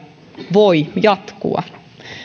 voi jatkua